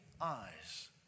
eyes